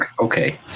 okay